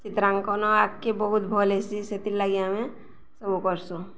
ଚିତ୍ରାଙ୍କନ ଆଗକେ ବହୁତ ଭଲ ହେଇସି ସେଥିର୍ଲାଗି ଆମେ ସବୁ କରସୁଁ